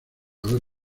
haber